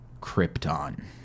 Krypton